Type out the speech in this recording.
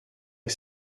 est